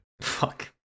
Fuck